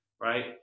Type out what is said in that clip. Right